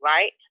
Right